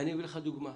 אני אתן לך דוגמה.